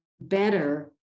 better